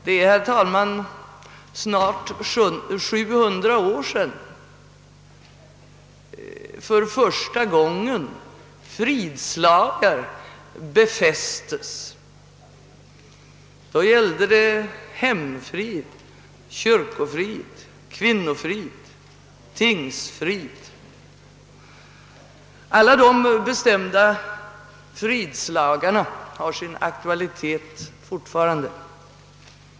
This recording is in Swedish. Det är, herr talman, snart 700 år sedan som för första gången fridslagar befästes. Då gällde det hemfrid, kyrkofrid, kvinnofrid och tingsfrid. Alla dessa fridslagar har sin aktualitet fortfarande.